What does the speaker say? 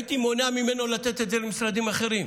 הייתי מונע ממנו לתת את זה למשרדים אחרים.